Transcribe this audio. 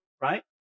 Right